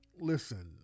listen